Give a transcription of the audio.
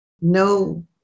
no